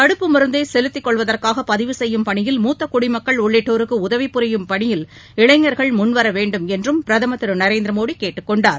தடுப்பு மருந்தை செலுத்திக் கொள்வதற்காக பதிவு செய்யும் பணியில் மூத்த குடிமக்கள் உள்ளிட்டோருக்கு உதவிபுரியும் பணியில் இளைஞர்கள் முன்வர வேண்டும் என்றும் பிரதமர் திரு நரேந்திர மோட கேட்டுக்கொண்டார்